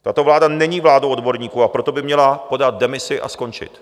Tato vláda není vládou odborníků, a proto by měla podat demisi a skončit.